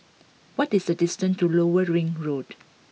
what is the distance to Lower Ring Road